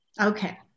Okay